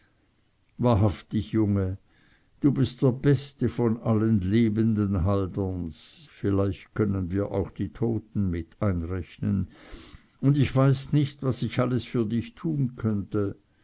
wahrhaftig junge du bist der beste von allen lebenden halderns vielleicht können wir auch die toten mit einrechnen und ich weiß nicht was ich alles für dich tun könnte